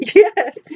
yes